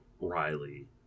Riley